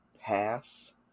pass